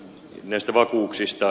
näistä vakuuksista